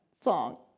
song